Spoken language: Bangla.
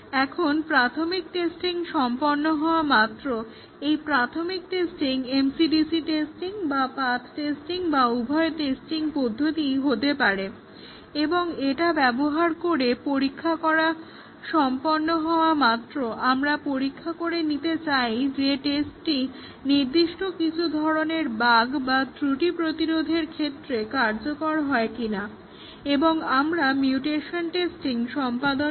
এখন প্রাথমিক টেস্টিং সম্পন্ন হওয়া মাত্র এই প্রাথমিক টেস্টিং MCDC টেস্টিং বা পাথ্ টেস্টিং বা উভয় টেস্টিং পদ্ধতিই হতে পারে এবং এটা ব্যবহার করে পরীক্ষা করা সম্পন্ন হওয়া মাত্র আমরা পরীক্ষা করে নিতে চাই যে টেস্টটি নির্দিষ্ট কিছু ধরনের বাগ বা ত্রুটি প্রতিরোধের ক্ষেত্রে কার্যকর হয় কিনা এবং আমরা মিউটেশন টেস্টিং সম্পাদন করি